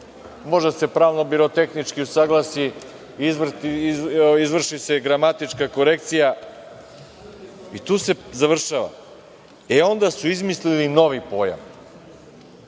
Možda se pravno-birotehnički usaglasi, izvrši se gramatička korekcija, i tu se završava. Onda su izmislili novi pojam. Voleo